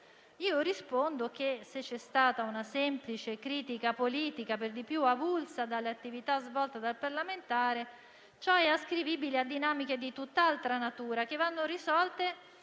Rispondo che, se c'è stata una semplice critica politica, per di più avulsa dall'attività svolta dal parlamentare, ciò è ascrivibile a dinamiche di tutt'altra natura, che vanno risolte